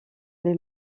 les